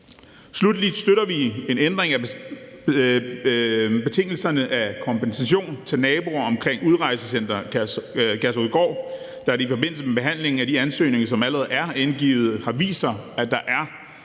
Sluttelig støtter vi en ændring af betingelserne for kompensation til naboer omkring Udrejsecenter Kærshovedgård, da det i forbindelse med behandlingen af de ansøgninger, som allerede er indgivet, har vist sig, at der er